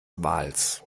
wals